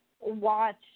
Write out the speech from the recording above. watch